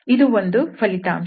ಇದು ಒಂದು ಫಲಿತಾಂಶ